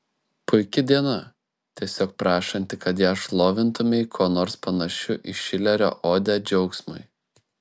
puiki diena tiesiog prašanti kad ją šlovintumei kuo nors panašiu į šilerio odę džiaugsmui